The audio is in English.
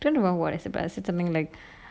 don't remember what is something like